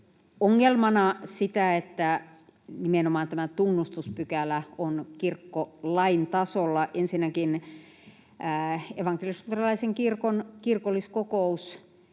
ongelmana sitä, että nimenomaan tämä tunnustuspykälä on kirkkolain tasolla. Ensinnäkin evankelis-luterilaisen kirkon kirkolliskokous